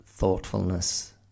thoughtfulness